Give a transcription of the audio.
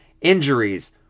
Injuries